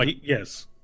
Yes